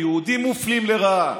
היהודים מופלים לרעה,